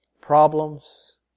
problems